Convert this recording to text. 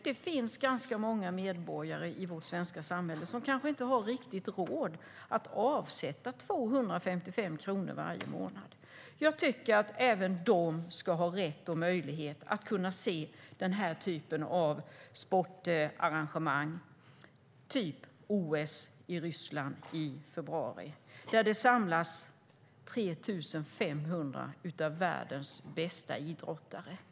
Det finns ganska många medborgare i vårt svenska samhälle som kanske inte riktigt har råd att avsätta 255 kronor varje månad. Jag tycker att även de ska ha rätt och möjlighet att kunna se sportarrangemang som OS i Ryssland i februari, där 3 500 av världens bästa idrottare samlas.